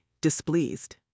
displeased